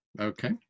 Okay